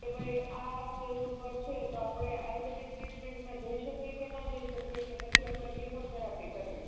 કે ભાઈ આ સ્ટેજ ઉપર છે તો આપણે આયુર્વેદીક ટ્રીટમેન્ટમાં જઈ શકીએ કે ના જઈ શકીએ કે પછી આપણે કેમો થેરાપી કરવી